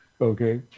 Okay